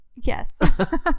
Yes